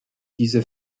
diese